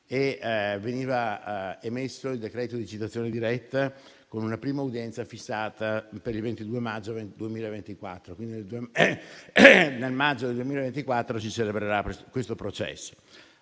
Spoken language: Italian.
e veniva emesso il decreto di citazione diretta con una prima udienza fissata per il 22 maggio 2024. Nel maggio del 2024, quindi, si celebrerà questo processo.